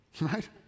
Right